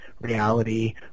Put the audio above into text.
reality